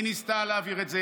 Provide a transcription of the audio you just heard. היא ניסתה להעביר את זה,